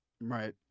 right